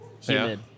humid